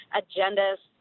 agendas